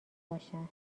باشن